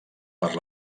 per